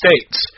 States